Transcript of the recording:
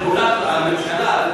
הממשלה,